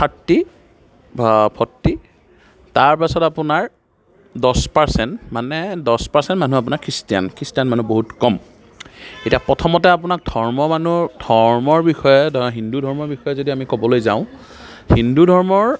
thirty forty তাৰ পিছত আপোনাৰ দহ পাৰচেন্ট মানে দহ পাৰচেন্ট মানুহ আপোনাৰ খ্ৰীষ্টিয়ান খ্ৰীষ্টিয়ান মানুহ বহুত কম এতিয়া প্ৰথমতে আপোনাক ধৰ্মৰ মানুহ ধৰ্মৰ বিষয়ে হিন্দু ধৰ্মৰ বিষয়ে যদি আমি ক'বলৈ যাওঁ হিন্দু ধৰ্মৰ